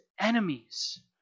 enemies